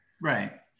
Right